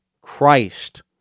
Christ